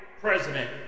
president